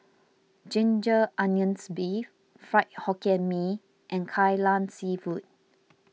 Ginger Onions Beef Fried Hokkien Mee and Kai Lan Seafood